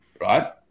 right